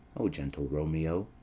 o gentle romeo,